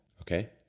Okay